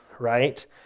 right